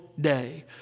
day